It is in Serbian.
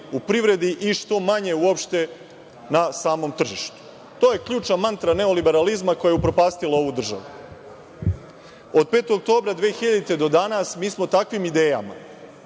u privredi i što manje na samom tržištu. To je ključna mantra neoliberalizma koja je upropastila ovu državu. Od 5. oktobra 2000. godine do danas mi smo takvim idejama,